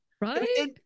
Right